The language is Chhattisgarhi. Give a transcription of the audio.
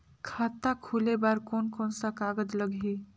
खाता खुले बार कोन कोन सा कागज़ लगही?